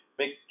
make